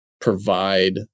provide